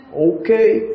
Okay